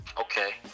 Okay